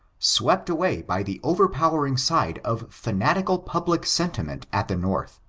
swept away by the overpowering side of fanatical public sentiment at the north.